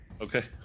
Okay